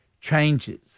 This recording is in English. changes